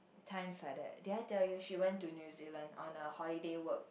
times like that did I tell you she went to New-Zealand on a holiday work